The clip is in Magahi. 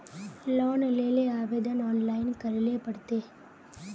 लोन लेले आवेदन ऑनलाइन करे ले पड़ते?